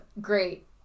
great